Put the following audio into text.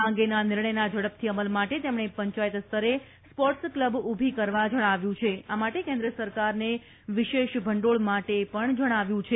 આ અંગેના નિર્ણયના ઝડપથી અમલ માટે તેમણે પંચાયત સ્તરે સ્પોર્ટસ કલબ ઉભી કરવા જણાવ્યું છે આ માટે કેન્દ્ર સરકારને વિશેષ ભંડોળ માટે પણ જણાવ્યું છે